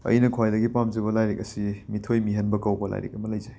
ꯑꯩꯅ ꯈ꯭ꯋꯥꯏꯗꯒꯤ ꯄꯥꯝꯖꯕ ꯂꯥꯏꯔꯤꯛ ꯑꯁꯤ ꯃꯤꯊꯣꯏ ꯃꯤꯍꯦꯟꯕ ꯀꯧꯕ ꯂꯥꯏꯔꯤꯛ ꯑꯃ ꯂꯩꯖꯩ